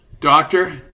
Doctor